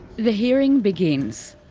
the hearing begins.